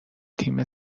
تیم